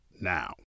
now